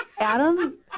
Adam